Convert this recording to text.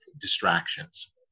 distractions